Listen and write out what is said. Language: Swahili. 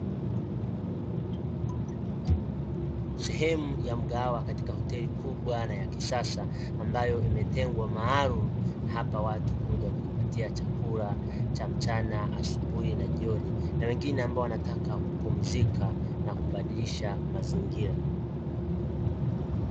Sehemu ya mgahawa katika hoteli kubwa na ya kisasa ambayo imetengwa maalumu hapa watu huja kujipatia chakula, cha mchana asubuhi na jioni na wengine ambao wanataka kupumzika na kubadilisha mazingira.